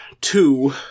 two